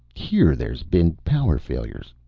hear there've been power failures,